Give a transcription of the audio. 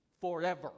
forever